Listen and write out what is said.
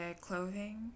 clothing